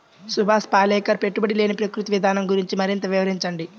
సుభాష్ పాలేకర్ పెట్టుబడి లేని ప్రకృతి విధానం గురించి మరింత వివరించండి